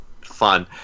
fun